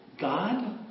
God